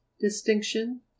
distinction